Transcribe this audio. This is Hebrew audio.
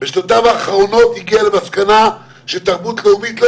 בשנותיו האחרונות הגיע למסקנה שתרבות לאומית לא